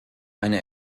eine